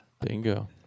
Bingo